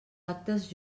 actes